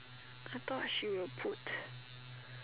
I thought she will put